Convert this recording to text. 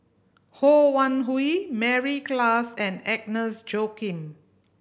Ho Wan Hui Mary Klass and Agnes Joaquim